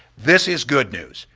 this is good news,